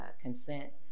consent